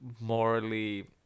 morally